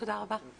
יש